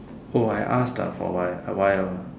oh I asked ah for why why